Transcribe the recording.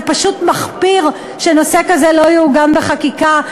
זה פשוט מחפיר שנושא כזה לא יעוגן בחקיקה,